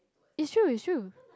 is true is true